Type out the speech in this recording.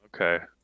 Okay